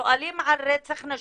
שואלים על רצח נשים,